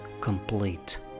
complete